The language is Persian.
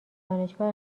دانشگاه